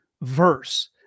verse